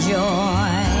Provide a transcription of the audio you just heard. joy